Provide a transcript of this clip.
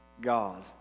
God